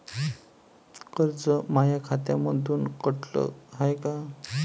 कर्ज माया खात्यामंधून कटलं हाय का?